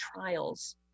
trials